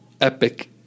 Epic